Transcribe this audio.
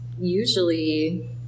usually